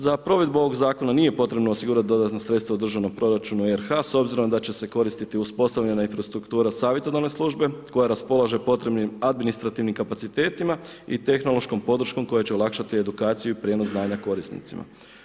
Za provedbu ovog zakona nije potrebno osigurati dodatna sredstva u državnom proračunu RH s obzirom da će se koristiti uspostavljena infrastruktura savjetodavne službe koja raspolaže potrebnim administrativnim kapacitetima i tehnološkom podrškom koja će olakšati edukaciju i prijenos znanja korisnicima.